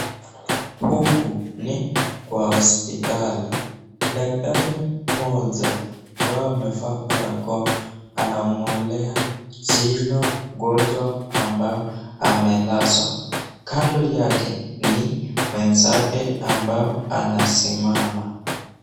Huku ni kwa hopitali, daktari mmoja ambao amevaa barakoa anamng'olea jino mgonjwa ambao amelazwa. Kando yake ni mwenzake ambao anasimama.